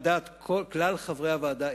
על דעת כלל חברי הוועדה,